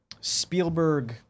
Spielberg